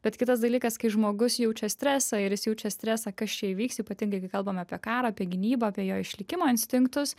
bet kitas dalykas kai žmogus jaučia stresą ir jis jaučia stresą kas čia įvyks ypatingai kai kalbam apie karą apie gynybą apie jo išlikimo instinktus